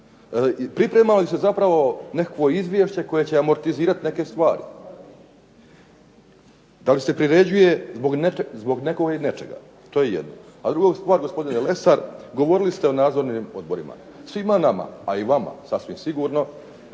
Priprema li se zapravo nekakvo izvješće koje će amortizirati neke stvari. Da li se priređuje zbog nekog ili nečega. To je jedno. A druga stvar gospodine Lesar, govorili ste o nadzornim odborima. Svima nama, a i vama sasvim sigurno